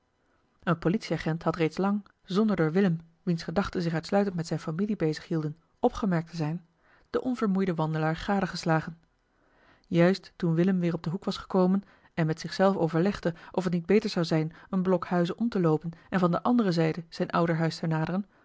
een politieagent had reeds lang zonder door willem wiens gedachten zich uitsluitend met zijne familie bezighielden opgemerkt te zijn den onvermoeiden wandelaar gade geslagen juist toen willem weer op den hoek was gekomen en met zich zelf overlegde of het niet beter zou zijn een blok huizen om te loopen en van de andere zijde zijn ouderhuis te naderen